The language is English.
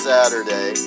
Saturday